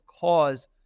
cause